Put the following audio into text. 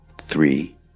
three